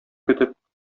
көтеп